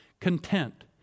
content